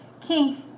kink